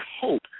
hope